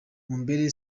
mumbele